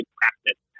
practice